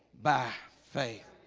by faith